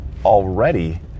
Already